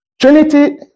Trinity